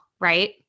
Right